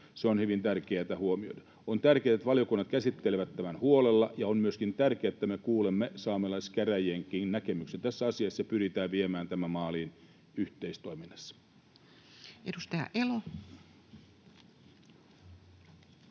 Se on hyvin tärkeätä huomioida. On tärkeää, että valiokunnat käsittelevät tämän huolella, ja on tärkeää myöskin, että me kuulemme saamelaiskäräjienkin näkemyksen tässä asiassa ja pyritään viemään tämä maaliin yhteistoiminnassa. [Speech 64]